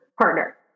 partner